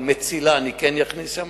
אבל "מצילה" אני כן אכניס לשם,